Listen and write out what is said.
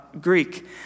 Greek